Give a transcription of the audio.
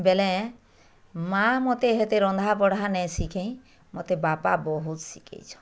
ବେଲେ ମା ମୋତେ ହେତେ ରନ୍ଧାବଢ଼ା ନାଇ ଶିଖେଇଁ ମତେ ବାପା ବହୁତ୍ ଶିଖେଇଛନ୍